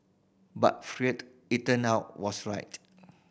but Freud it turned out was right